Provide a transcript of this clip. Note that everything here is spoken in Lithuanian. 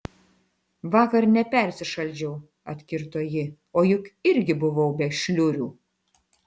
vakar nepersišaldžiau atkirto ji o juk irgi buvau be šliurių